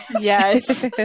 Yes